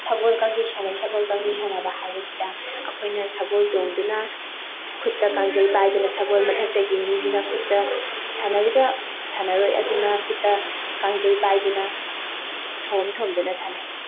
ꯁꯒꯣꯜ ꯀꯥꯡꯖꯩ ꯁꯥꯟꯅꯩ ꯁꯒꯣꯜ ꯀꯥꯡꯖꯩ ꯁꯥꯟꯅꯕ ꯍꯥꯏꯕꯁꯤꯗ ꯑꯩꯈꯣꯏꯅ ꯁꯒꯣꯜ ꯇꯣꯡꯗꯨꯅ ꯈꯨꯠꯇ ꯀꯥꯡꯖꯩ ꯄꯥꯏꯗꯨꯅ ꯁꯒꯣꯜ ꯃꯊꯛꯇꯒꯤ ꯃꯤꯗꯨꯅ ꯈꯨꯠꯇ ꯁꯥꯟꯅꯔꯤꯕ ꯁꯥꯟꯅꯔꯣꯏ ꯑꯗꯨꯅ ꯈꯨꯠꯇ ꯀꯥꯡꯖꯩ ꯄꯥꯏꯗꯨꯅ ꯊꯣꯝ ꯊꯣꯝꯗꯨꯅ ꯁꯥꯟꯅꯩ